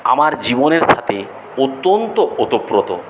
আমার জীবনের সাথে অত্যন্ত ওতপ্রোত